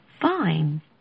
fine